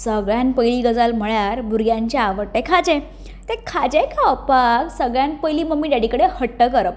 सगळ्यांत पयली गजाल म्हळ्यार भुरग्यांचे आवडटें खाजें तें खाजें खावपाक सगळ्यांत पयलीं मम्मी डेडी कडेन हट्ट करप